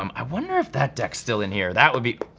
um i wonder if that deck's still in here, that would be.